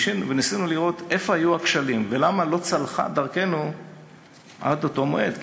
ניסינו לראות איפה היו הכשלים ולמה לא צלחה דרכנו עד אותו מועד.